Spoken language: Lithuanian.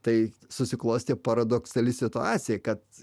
tai susiklostė paradoksali situacija kad